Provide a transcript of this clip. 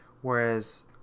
whereas